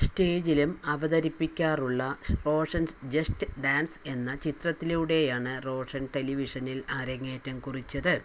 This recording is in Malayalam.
സ്റ്റേജിലും അവതരിപ്പിക്കാറുള്ള റോഷൻ ജെസ്റ്റ് ഡാൻസ് എന്ന ചിത്രത്തിലൂടെയാണ് റോഷൻ ടെലിവിഷനിൽ അരങ്ങേറ്റം കുറിച്ചത്